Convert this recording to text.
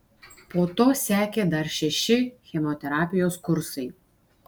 po to sekė dar šeši chemoterapijos kursai